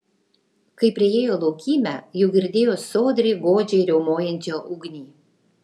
kai priėjo laukymę jau girdėjo sodriai godžiai riaumojančią ugnį